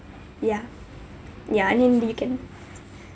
yeah yeah and then they can